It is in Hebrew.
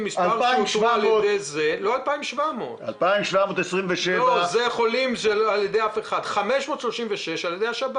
2,700 --- לא 2,700. 536 על ידי השב"כ.